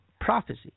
prophecy